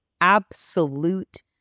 absolute